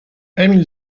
emil